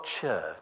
church